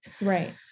Right